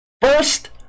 First